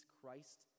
Christ